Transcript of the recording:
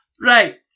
right